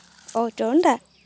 অঁ তৰুণদা